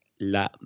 la